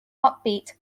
upbeat